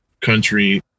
country